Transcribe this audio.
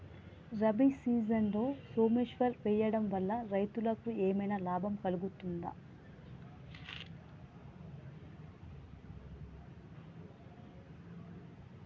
రబీ సీజన్లో సోమేశ్వర్ వేయడం వల్ల రైతులకు ఏమైనా లాభం కలుగుద్ద?